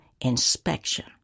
inspection